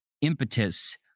impetus